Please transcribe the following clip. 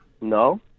No